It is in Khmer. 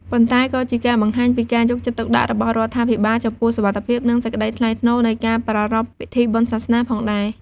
ប៉ុន្តែក៏ជាការបង្ហាញពីការយកចិត្តទុកដាក់របស់រដ្ឋាភិបាល ចំពោះសុវត្ថិភាព និងសេចក្តីថ្លៃថ្នូរនៃការប្រារព្ធពិធីបុណ្យសាសនាផងដែរ។